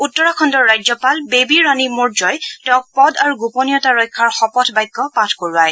উত্তৰাখণ্ডৰ ৰাজ্যপাল বেবী ৰাণী মৌৰ্য্ই তেওঁক পদ আৰু গোপনীয়তা ৰক্ষাৰ শপত বাক্য পাঠ কৰোৱায়